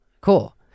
cool